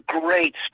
Great